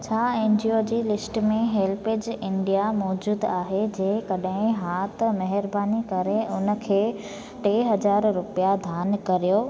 छा N G O जी list में हेल्पेज इंडिया मौजूदु आहे जेकॾहिं हा त महिरबानी करे उन खे टे हज़ार रुपिया दान कर्यो